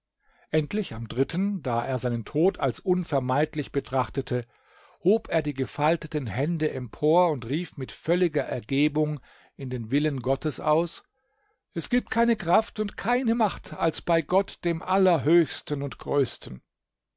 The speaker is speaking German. endlich am dritten da er seinen tod als unvermeidlich betrachtete hob er die gefalteten hände empor und rief mit völliger ergebung in den willen gottes aus es gibt keine kraft und keine macht als bei gott dem allerhöchsten und größten